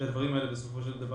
שהדברים האלה נעשים,